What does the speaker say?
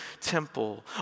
temple